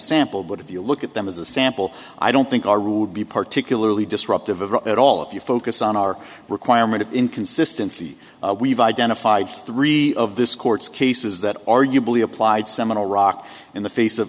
sample but if you look at them as a sample i don't think our rule would be particularly disruptive of at all if you focus on our requirement of inconsistency we've identified three of this court's cases that arguably applied seminal rock in the face of